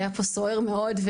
היה פה סוער מאוד,